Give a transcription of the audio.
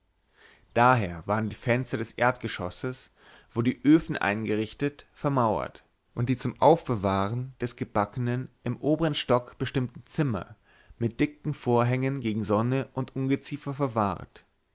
daher waren die fenster des erdgeschosses wo die öfen eingerichtet vermauert und die zum aufbewahren des gebacknen im obern stock bestimmten zimmer mit dicken vorhängen gegen sonne und ungeziefer verwahrt